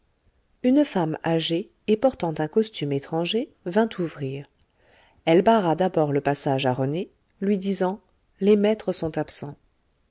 une femme âgée et portant un costume étranger vint ouvrir elle barra d'abord le passage à rené lui disant les maîtres sont absents